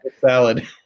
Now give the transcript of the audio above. salad